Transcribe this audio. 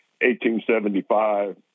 1875